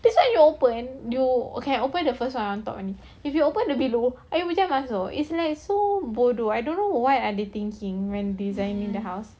this one you open you can open the first one on top if you open the below air hujan masuk it's like so bodoh I don't know what are they thinking when designing the house